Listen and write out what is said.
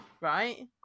Right